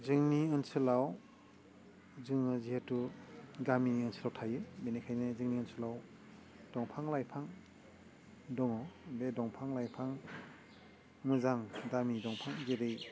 जोंनि ओनसोलाव जोङो जिहेथु गामिनि ओनसोलाव थायो बेनिखायनो जोंनि ओनसोलाव दंफां लाइफां दङ बे दंफां लाइफां मोजां दामि दंफा जेरै